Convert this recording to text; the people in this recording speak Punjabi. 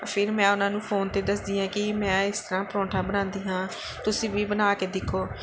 ਫਿਰ ਮੈਂ ਉਹਨਾਂ ਨੂੰ ਫੋਨ 'ਤੇ ਦੱਸਦੀ ਹਾਂ ਕਿ ਮੈਂ ਇਸ ਤਰ੍ਹਾਂ ਪਰੌਂਠਾ ਬਣਾਉਂਦੀ ਹਾਂ ਤੁਸੀਂ ਵੀ ਬਣਾ ਕੇ ਦੇਖੋ